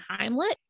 Heimlet